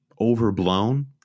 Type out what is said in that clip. overblown